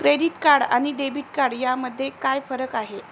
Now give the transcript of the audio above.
Credit card आणि debit card यामध्ये काय फरक आहे?